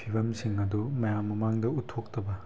ꯐꯤꯕꯝꯁꯤꯡ ꯑꯗꯨ ꯃꯌꯥꯝ ꯃꯃꯥꯡꯗ ꯎꯠꯊꯣꯛꯇꯕ